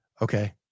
Okay